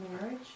Marriage